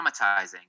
traumatizing